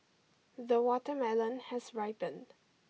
the watermelon has ripened